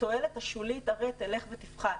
התועלת השולית הרי תלך ותפחת.